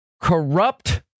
corrupt